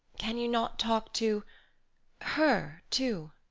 can you not talk to her, too?